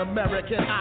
American